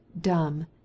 DUMB